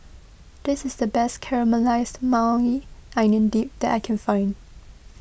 this is the best Caramelized Maui Onion Dip that I can find